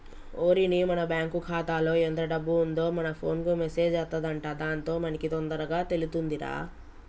ఓరిని మన బ్యాంకు ఖాతాలో ఎంత డబ్బు ఉందో మన ఫోన్ కు మెసేజ్ అత్తదంట దాంతో మనకి తొందరగా తెలుతుందిరా